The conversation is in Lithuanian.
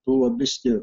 buvo biski